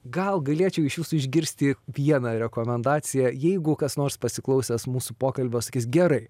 gal galėčiau iš jūsų išgirsti vieną rekomendaciją jeigu kas nors pasiklausęs mūsų pokalbio sakys gerai